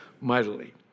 mightily